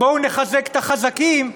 בואו נחזק את החזקים,